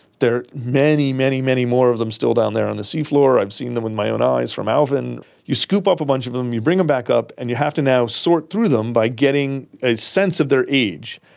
there are many, many more of them still down there on the seafloor. i've seen them with my own eyes from alvin. you scoop up a bunch of them, you bring them back up, and you have to now sort through them by getting a sense of their age.